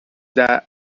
that